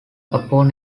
upon